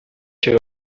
joe